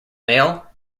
male